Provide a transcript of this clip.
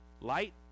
Light